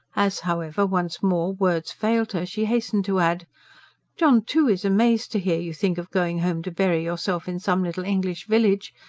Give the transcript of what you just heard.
as, however, once more words failed her, she hastened to add john, too, is amazed to hear you think of going home to bury yourself in some little english village.